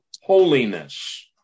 holiness